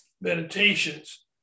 meditations